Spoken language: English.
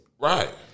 Right